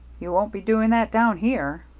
you won't be doing that down here.